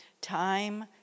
time